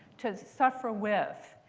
to suffer with,